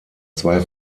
zwei